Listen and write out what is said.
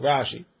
Rashi